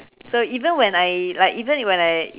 so even when I like even when I